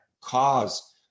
cause